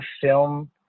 film